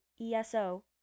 ESO